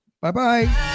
Bye-bye